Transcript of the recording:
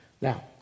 Now